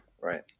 Right